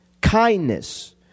kindness